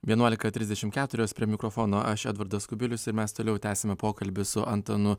vienuolika trisdešim keturios prie mikrofono aš edvardas kubilius ir mes toliau tęsiame pokalbį su antanu